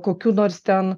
kokių nors ten